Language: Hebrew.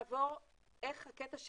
איך הקטע של